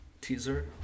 teaser